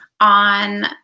on